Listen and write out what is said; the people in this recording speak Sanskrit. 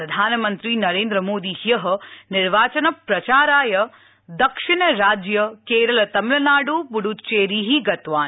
प्रधानमन्त्री नरेन्द्रमोदी ह्यः निर्वाचन प्रचाराय दक्षिण राज्य केरल तमिलनाडु पुडुचेरीः गतवान्